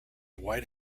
white